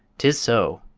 tis so!